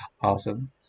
Awesome